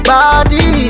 Body